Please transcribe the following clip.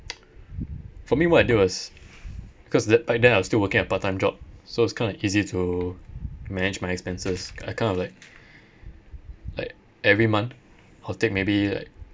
for me what I did was because t~ back then I was still working at part time job so it's kind of easy to manage my expenses I kind of like like every month I'll take maybe like